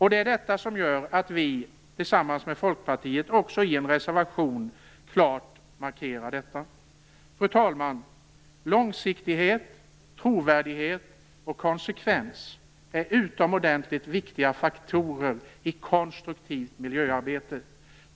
I en reservation, tillsammans med Folkpartiet, markerar vi detta klart. Fru talman! Långsiktighet, trovärdighet och konsekvens är utomordentligt viktiga faktorer i ett konstruktivt miljöarbete.